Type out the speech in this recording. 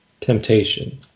temptation